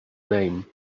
name